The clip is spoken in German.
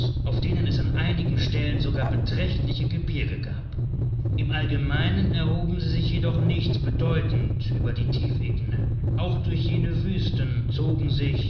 auf denen es an einigen stellen sogar beträchtliche gebirge gab im allgemeinen erhoben sie sich jedoch nicht bedeutend über die tiefebenen auch durch jene wüsten zogen sich